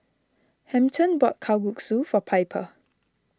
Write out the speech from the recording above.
Hampton bought Kalguksu for Piper